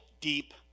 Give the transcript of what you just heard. deep